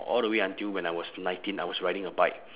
all the way until when I was nineteen I was riding a bike